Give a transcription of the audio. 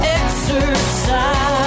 exercise